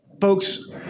folks